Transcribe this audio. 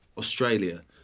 australia